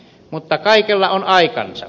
mutta kaikelle on aikansa